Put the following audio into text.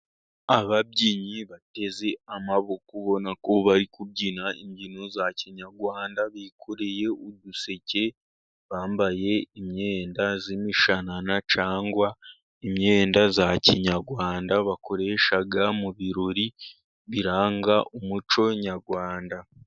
Ababyinnyi bateze amaboko ubona ku bari kubyina imbyino za kinyarwanda, bikoreye uduseke, bambaye imyenda y'imishanana cyangwa imyenda ya kinyarwanda bakoresha mu birori biranga umuco nyarwanda.